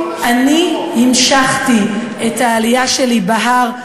אני המשכתי את העלייה שלי בהר,